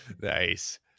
Nice